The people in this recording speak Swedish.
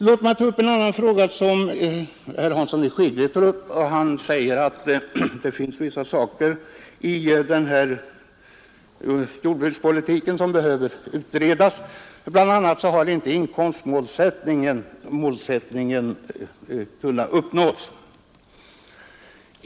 Låt mig ta upp en annan fråga som herr Hansson i Skegrie berörde. Han sade att det finns vissa saker i jordbrukspolitiken som behöver utredas; bl.a. har inte inkomstmålsättningen kunnat uppnås.